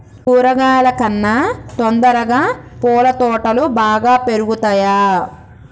కూరగాయల కన్నా తొందరగా పూల తోటలు బాగా పెరుగుతయా?